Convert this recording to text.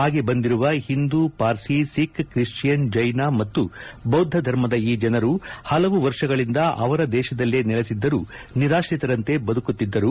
ಪಾಗೆ ಬಂದಿರುವ ಹಿಂದೂ ಪಾರ್ಸಿ ಸಿಖ್ ಕ್ರಿಶ್ವಿಯನ್ ಜೈನ ಮತ್ತು ಬೌದ್ಧ ಧರ್ಮದ ಈ ಜನರು ಪಲವು ವರ್ಷಗಳಿಂದ ಅವರ ದೇಶದಲ್ಲೇ ನೆಲೆಸಿದ್ದರೂ ನಿರಾಶ್ರಿತರಂತೆ ಬದುಕುತ್ತಿದ್ದಾರೆ